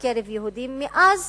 שבקרב יהודים מאז